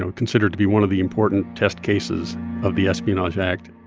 ah considered to be one of the important test cases of the espionage act.